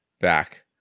back